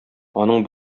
аның